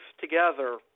together